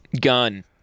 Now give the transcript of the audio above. gun